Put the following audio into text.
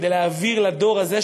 כדי להעביר לדור הזה,